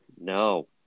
No